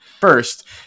First